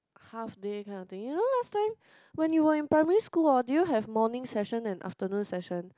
half day kind of thing you know last time when you were in primary school orh do you have morning session and afternoon session